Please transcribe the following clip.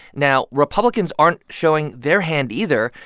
now, republicans aren't showing their hand either.